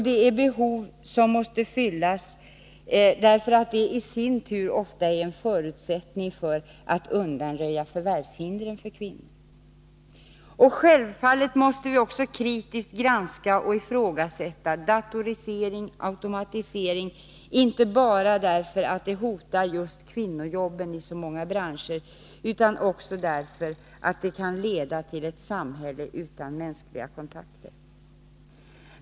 Det är behov som måste fyllas därför att de i sin tur ofta är en förutsättning för att undanröja förvärvshindren för kvinnorna. Självfallet måste vi också kritiskt granska och ifrågasätta datorisering och automatisering, inte bara därför att de hotar just kvinnojobben i så många branscher utan också därför att de kan leda till ett samhälle utan mänskliga kontakter.